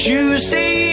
Tuesday